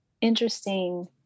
interesting